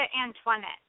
Antoinette